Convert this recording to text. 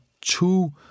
two